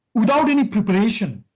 without any preparation,